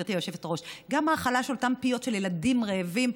גברתי היושבת-ראש וגם האכלה של אותם פיות של ילדים רעבים.